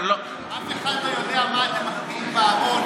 אף אחד לא יודע מה אתם מחביאים בארון.